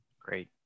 Great